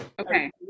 Okay